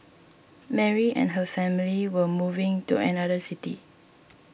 Mary and her family were moving to another city